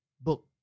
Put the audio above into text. book